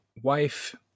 wife